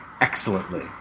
excellently